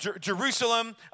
Jerusalem